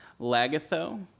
lagatho